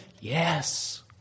Yes